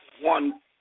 one